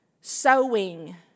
sowing